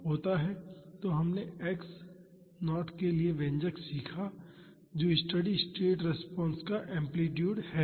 तो हमने x 0 के लिए व्यंजक सीखा जो स्टेडी स्टेट रिस्पांस का एम्पलीटूड है